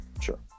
sure